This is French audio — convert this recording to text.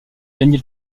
gagner